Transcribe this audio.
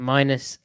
Minus